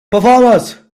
performers